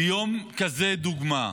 ביום כזה, לדוגמה,